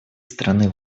страны